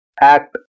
act